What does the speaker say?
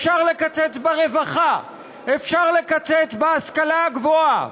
אפשר לקצץ ברווחה, אפשר לקצץ בהשכלה הגבוהה.